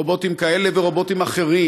רובוטים כאלה ורובוטים אחרים,